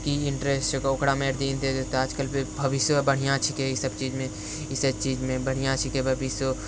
कि इन्टरेस्ट छै ओकरामे जे इन्टरेस्ट रहते आज कल भी भविष्य भी बढ़िआँ छिके ई सब चीजमे ई सब चीजमे बढ़िआँ छिके भविष्यो